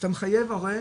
אתה מחייב הורה,